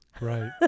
Right